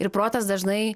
ir protas dažnai